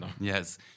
Yes